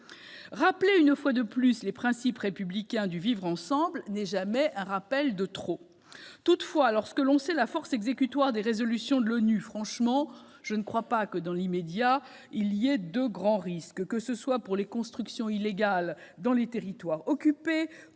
Répéter une fois de plus les principes républicains du vivre ensemble n'est jamais un rappel de trop. Toutefois, lorsque l'on connaît la force exécutoire des résolutions de l'ONU, je ne crois pas qu'il y ait franchement de grands risques dans l'immédiat, que ce soit pour les constructions illégales dans des territoires occupés